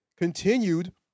continued